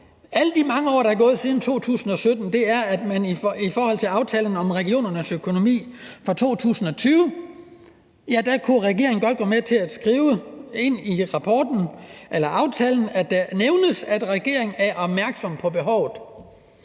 alle de mange år, der er gået siden 2017, er, at regeringen i forhold til aftalen om regionernes økonomi for 2020 godt har kunnet gå med til at skrive ind i aftalen, at regeringen er opmærksom på behovet.